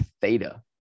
Theta